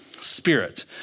Spirit